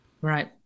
Right